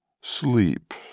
Sleep